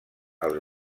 els